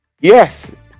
Yes